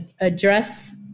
address